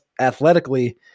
athletically